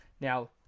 Now